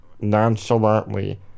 nonchalantly